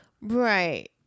Right